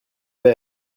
vais